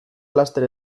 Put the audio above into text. laster